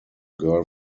girl